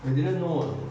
I didn't know